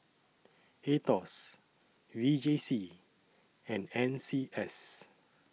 Aetos V J C and N C S